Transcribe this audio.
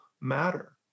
matter